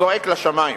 זועק לשמים.